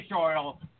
oil